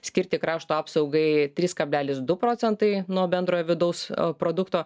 skirti krašto apsaugai trys kablelis du procentai nuo bendrojo vidaus produkto